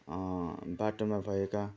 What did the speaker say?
बाटोमा भएका